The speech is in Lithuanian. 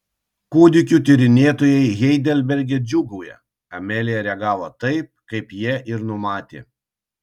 kūdikių tyrinėtojai heidelberge džiūgauja amelija reagavo taip kaip jie ir numatė